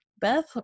Beth